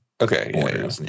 Okay